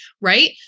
Right